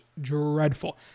dreadful